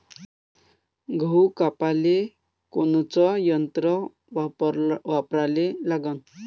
गहू कापाले कोनचं यंत्र वापराले लागन?